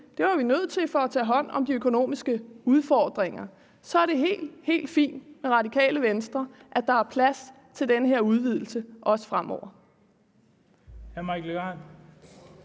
Det var vi nødt til for at tage hånd om de økonomiske udfordringer. Og så er det helt, helt fint med Radikale Venstre, at der er plads til den her udvidelse også fremover.